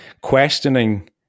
questioning